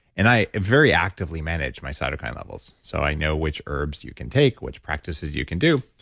and i very actively manage my cytokine levels so, i know which herbs you can take, which practices you can do.